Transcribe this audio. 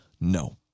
no